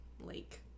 lake